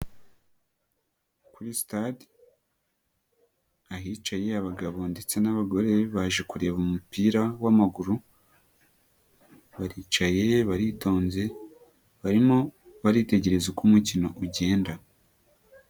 Kuri stade, ahicaye abagabo ndetse n'abagore baje kureba umupira w'amaguru, baricaye baritonze, barimo baritegereza uko umukino ugenda.